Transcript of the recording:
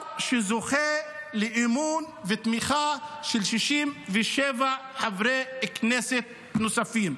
שזוכה לאמון ותמיכה של 67 חברי כנסת נוספים.